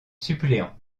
suppléant